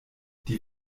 die